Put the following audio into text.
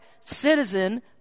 citizen